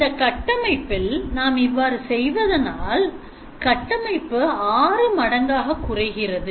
இந்தக் கட்டமைப்பில் நாம் இவ்வாறு செய்வதனால் கட்டமைப்புஆறு மடங்கு குறைகிறது